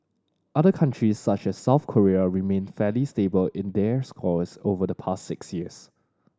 other countries such as South Korea remained fairly stable in their scores over the past six years